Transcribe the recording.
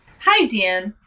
hi, dion.